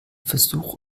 versuch